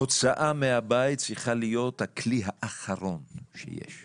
הוצאה מהבית צריכה להיות הכלי האחרון שיש.